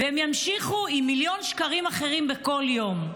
והם ימשיכו עם מיליון שקרים אחרים בכל יום.